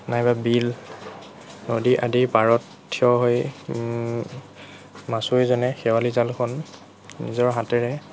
নাইবা বিল নদী আদিৰ পাৰত থিয় হৈ মাছুৱৈজনে শেৱালি জালখন নিজৰ হাতেৰে